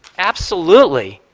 absolutely.